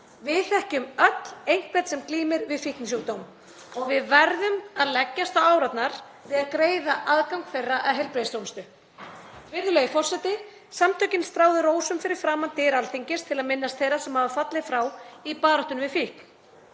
Við þekkjum öll einhvern sem glímir við fíknisjúkdóm og við verðum að leggjast á árarnar við að greiða aðgang þeirra að heilbrigðisþjónustu. Virðulegur forseti. Samtökin stráðu rósum fyrir framan dyr Alþingis til að minnast þeirra sem hafa fallið frá í baráttunni við fíkn.